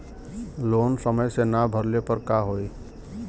Loan समय से ना भरले पर का होयी?